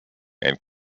and